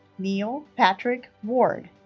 neal patrick ward